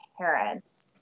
parents